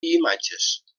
imatges